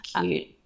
Cute